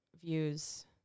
views